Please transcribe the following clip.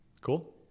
cool